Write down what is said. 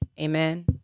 Amen